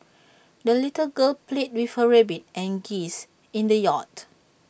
the little girl played with her rabbit and geese in the yard